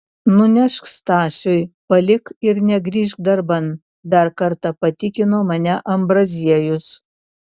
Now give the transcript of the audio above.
nunešk stasiui palik ir negrįžk darban dar kartą patikino mane ambraziejus